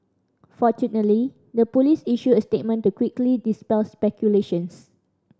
fortunately the police issued a statement to quickly dispel speculations